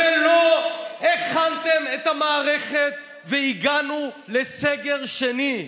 ולא הכנתם את המערכת, והגענו לסגר שני.